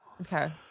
Okay